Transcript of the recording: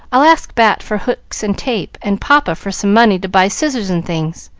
i'll ask bat for hooks and tape, and papa for some money to buy scissors and things,